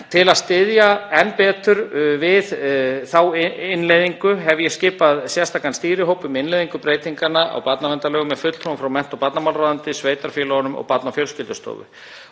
Til að styðja enn betur við þá innleiðingu hef ég skipað sérstakan stýrihóp um innleiðingu breytinganna á barnaverndarlögum með fulltrúum frá mennta- og barnamálaráðuneyti, sveitarfélögunum og Barna- og fjölskyldustofu.